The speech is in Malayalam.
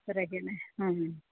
അത്രയ്ക്ക് തന്നെ ആ